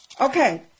Okay